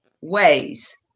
ways